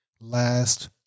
last